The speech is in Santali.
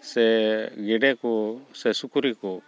ᱥᱮ ᱜᱮᱰᱮ ᱠᱚ ᱥᱮ ᱥᱩᱠᱨᱤ ᱠᱚ